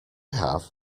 have